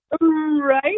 Right